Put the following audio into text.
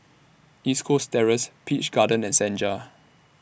East Coast Terrace Peach Garden and Senja